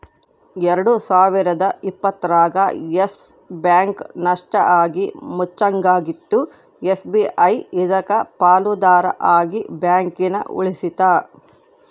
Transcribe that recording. ಎಲ್ಡು ಸಾವಿರದ ಇಪ್ಪತ್ತರಾಗ ಯಸ್ ಬ್ಯಾಂಕ್ ನಷ್ಟ ಆಗಿ ಮುಚ್ಚಂಗಾಗಿತ್ತು ಎಸ್.ಬಿ.ಐ ಇದಕ್ಕ ಪಾಲುದಾರ ಆಗಿ ಬ್ಯಾಂಕನ ಉಳಿಸ್ತಿ